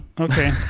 Okay